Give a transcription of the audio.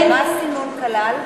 ומה הסינון כלל?